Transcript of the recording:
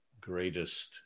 greatest